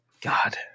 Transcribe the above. God